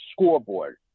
scoreboard